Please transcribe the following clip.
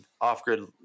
off-grid